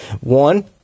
One